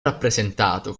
rappresentato